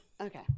okay